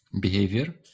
behavior